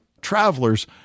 travelers